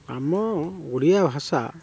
ଆମ ଓଡ଼ିଆ ଭାଷା